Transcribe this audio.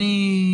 תודה.